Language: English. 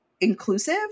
inclusive